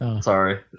Sorry